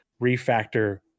refactor